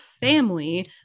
family